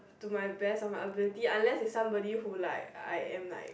to my best of my ability unless is somebody who like I am like